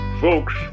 Folks